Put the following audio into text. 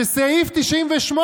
של סעיף 98,